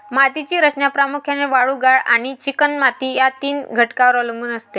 मातीची रचना प्रामुख्याने वाळू, गाळ आणि चिकणमाती या तीन घटकांवर अवलंबून असते